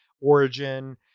origin